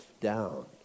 down